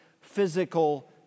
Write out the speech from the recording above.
physical